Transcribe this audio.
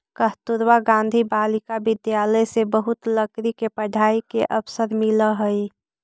कस्तूरबा गांधी बालिका विद्यालय से बहुत लड़की के पढ़ाई के अवसर मिलऽ हई